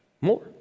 more